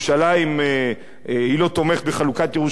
היא לא תומכת בחלוקת ירושלים,